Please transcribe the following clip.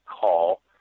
call